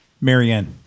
Marianne